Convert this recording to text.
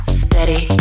steady